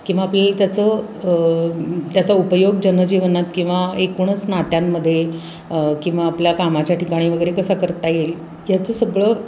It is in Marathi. किंवा आपल्याला त्याचं त्याचा उपयोग जनजीवनात किंवा एकूणच नात्यांमध्ये किंवा आपल्या कामाच्या ठिकाणी वगैरे कसा करता येईल याचं सगळं